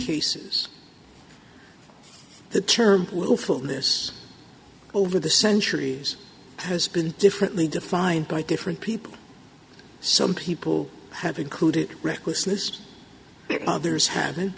cases the term this over the centuries has been differently defined by different people some people have included recklessness others have